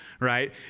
right